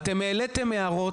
אתם העליתם הערות,